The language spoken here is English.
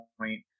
point